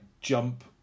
jump